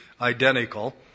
identical